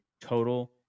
total